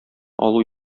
алу